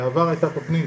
בעבר הייתה תוכנית